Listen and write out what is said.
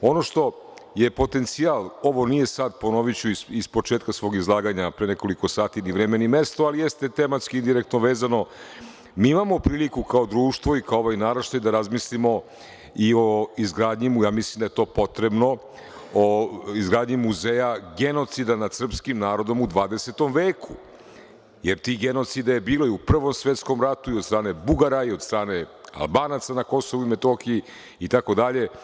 Ono što je potencijal, ovo nije sada, ponoviću sa početka svog izlaganja od pre nekoliko sati, ni vreme ni mesto, ali jeste tematski indirektno vezano, imamo priliku kao društvo i kao ovaj naraštaj da razmislimo i o izgradnji, mislim da je to potrebno, muzeja genocida nad srpskim narodom u 20. veku, jer tih genocida je bilo i u Prvom svetskom ratu od strane Bugara, od strane Albanaca na Kosovu i Metohiji itd.